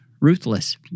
ruthless